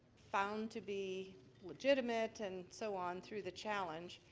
found to be legitimate and so on through the challenge.